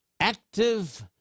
Active